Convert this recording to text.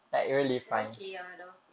tu dah okay ah dah okay